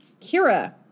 Kira